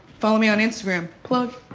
follow me on instagram. plug. ah,